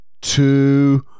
two